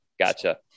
Gotcha